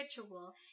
ritual